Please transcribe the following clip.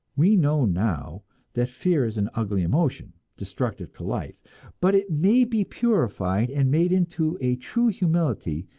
we know now that fear is an ugly emotion, destructive to life but it may be purified and made into a true humility,